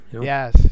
Yes